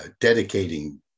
dedicating